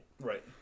Right